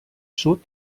sud